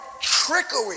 trickery